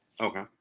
Okay